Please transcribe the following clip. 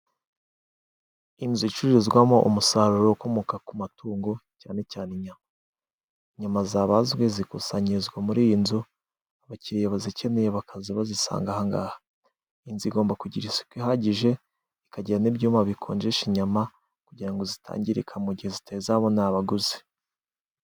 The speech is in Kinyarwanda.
Inzu icururizwamo umusaruro ukomoka ku matungo cyane cyane inyama .Inyama zabazwe zikusanyirizwa muri iyi nzu abakiriya bazikeneye bakaza bazisanga aha ngaha. Inzu igomba kugira isuku ihagije, ikagiran' ibyuma bikonjesha inyama kugira ngo zitangirika mu gihe zitarabona abaguzi.